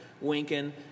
winking